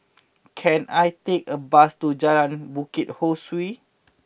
can I take a bus to Jalan Bukit Ho Swee